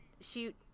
shoot